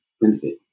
benefit